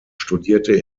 studierte